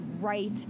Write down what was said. right